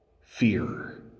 fear